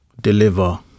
deliver